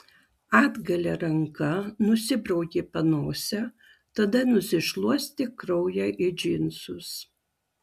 atgalia ranka nusibraukė panosę tada nusišluostė kraują į džinsus